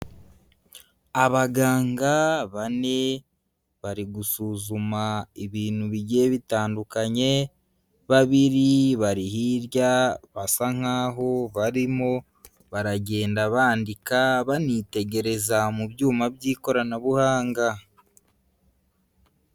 Abaganga bane bari gusuzuma ibintu bigiye bitandukanye, babiri bari hirya basa nkaho barimo baragenda bandika banitegereza mu byuma by'ikoranabuhanga.